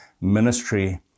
ministry